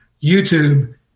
YouTube